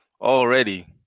Already